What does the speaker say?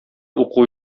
уку